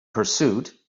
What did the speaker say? pursuit